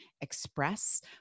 express